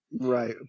Right